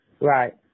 Right